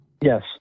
Yes